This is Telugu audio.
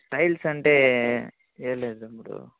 స్టైల్స్ అంటే వేయలేదు తమ్ముడు